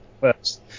First